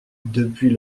depuis